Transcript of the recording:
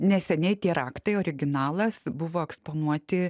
neseniai tie raktai originalas buvo eksponuoti